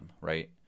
right